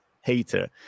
hater